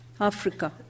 Africa